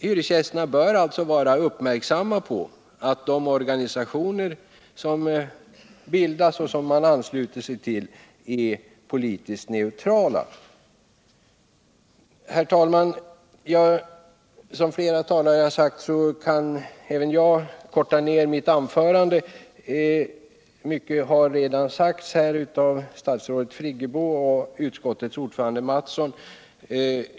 Hyresgästerna bör alltså vara uppmärksamma på att de organisationer som bildas är politiskt neutrala. Herr talman! Som flera tidigare talare kan även jag korta ned mitt anförande; mycket har redan sagts av statsrådet Birgit Friggebo och utskottets ordförande Kjell Mattsson.